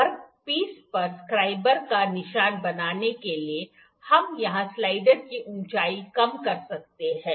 workpiece पर scriber का निशान बनाने के लिए हम यहां स्लाइडर की ऊंचाई कम कर सकते हैं